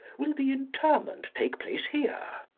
will the interment take place here?